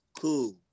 cool